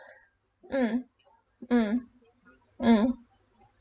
mm mm mm